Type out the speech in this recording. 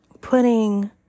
putting